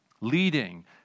Leading